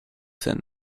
zen